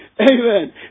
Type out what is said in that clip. Amen